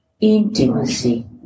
intimacy